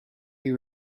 you